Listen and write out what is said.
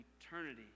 eternity